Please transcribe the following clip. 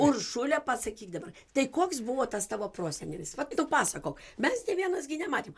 uršule pasakyk dabar tai koks buvo tas tavo prosenelis vat nupasakok mes nė vienas gi nematėm